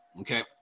Okay